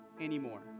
anymore